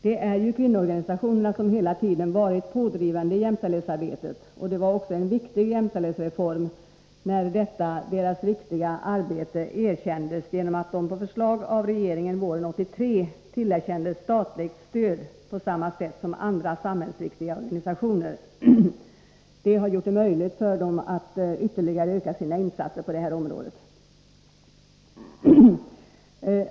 Det är ju kvinnoorganisationerna som hela tiden varit pådrivande i jämställdhetsarbetet, och det var en viktig jämställdhetsreform när detta deras viktiga arbete erkändes, genom att de på förslag av regeringen våren 1983 tillerkändes statligt stöd på samma sätt som andra samhällsviktiga organisationer. Det har gjort det möjligt för dem att ytterligare öka sina insatser på detta område.